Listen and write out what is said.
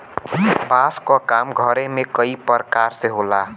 बांस क काम घरे में कई परकार से होला